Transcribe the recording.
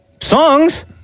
songs